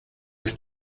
ist